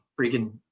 freaking